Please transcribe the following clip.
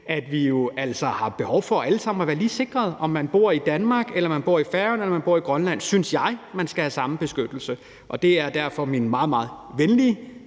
at vi jo alle sammen har behov for være lige sikrede. Hvad enten man bor i Danmark, eller man bor i Færøerne, eller man bor i Grønland, synes jeg man skal have samme beskyttelse, og det er derfor, jeg kommer med min meget, meget venlige